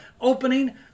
opening